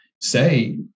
say